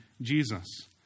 Jesus